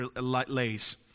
lays